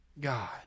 God